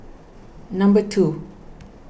number two